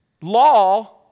Law